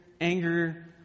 anger